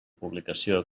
publicació